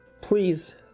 Please